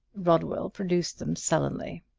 rodwell produced them sullenly.